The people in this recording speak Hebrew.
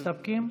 מסתפקים?